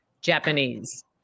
Japanese